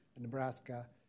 Nebraska